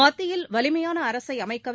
மத்தியில் வலிமையான அரசை அமைக்கவே